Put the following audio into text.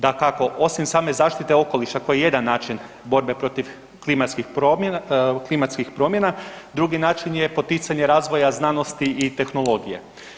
Dakako, osim same zaštite okoliša koji je jedan način borbe protiv klimatskih promjena, drugi način je poticanje razvoja znanosti i tehnologija.